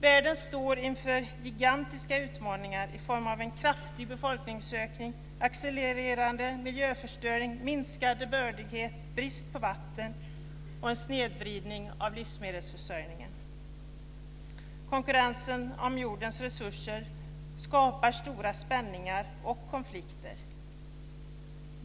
Världen står inför gigantiska utmaningar i form av en kraftig befolkningsökning, en accelererande miljöförstöring, minskande bördighet, brist på vatten och en snedvridning av livsmedelsförsörjningen. Konkurrensen om jordens resurser skapar stora spänningar och konflikter.